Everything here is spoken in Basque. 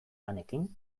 lanekin